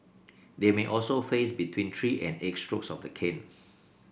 they may also face between three and eight strokes of the cane